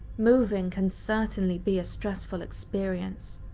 moving can certainly be a stressful experience,